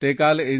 ते काल एन